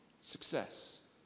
success